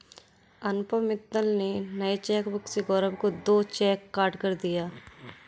अनुपम मित्तल ने नए चेकबुक से गौरव को दो चेक काटकर दिया